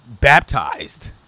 baptized